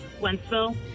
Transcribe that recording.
wentzville